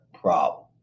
problem